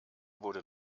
wurde